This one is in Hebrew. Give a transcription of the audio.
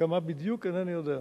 כמה בדיוק, אינני יודע.